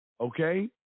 okay